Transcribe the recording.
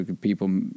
People